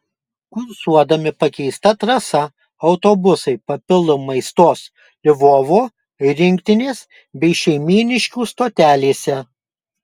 kursuodami pakeista trasa autobusai papildomai stos lvovo rinktinės bei šeimyniškių stotelėse